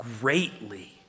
greatly